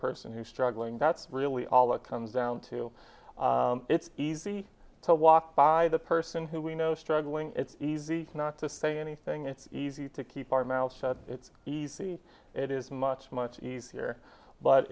person who's struggling that's really all it comes down to it's easy to walk by the person who we know struggling it's easy not to say anything it's easy to keep our mouths shut it's easy it is much much easier but